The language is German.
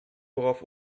worauf